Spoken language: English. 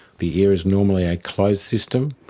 the ear is normally a closed system,